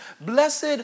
blessed